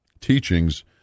teachings